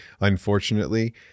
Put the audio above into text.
unfortunately